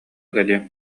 кэлиэм